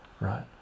right